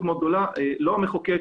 לא המחוקק,